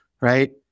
right